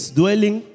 dwelling